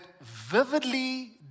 vividly